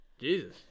Jesus